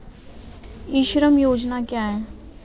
ई श्रम योजना क्या है?